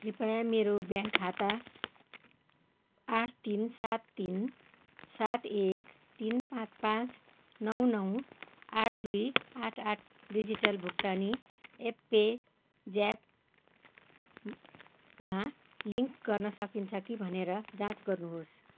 कृपया मेरो ब्याङ्क खाता आठ तिन सात तिन सात एक तिन पाँच पाँच नौ नौ आठ दुई आठ आठ डिजिटल भुक्तानी एप पे ज्यापमा लिङ्क गर्न सकिन्छ कि भनेर जाँच गर्नुहोस्